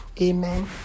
Amen